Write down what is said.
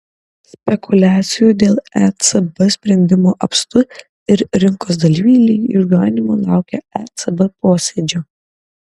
spekuliacijų dėl ecb sprendimo apstu ir rinkos dalyviai lyg išganymo laukia ecb posėdžio